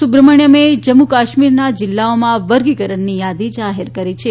સુબ્રમણ્થમે જમ્મુ કાશ્મીરના જિલ્લાઓના વર્ગીકરણની યાદી જાહેર કરી છે